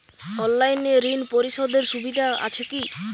অনলাইনে ঋণ পরিশধের সুবিধা আছে কি?